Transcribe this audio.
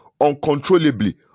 uncontrollably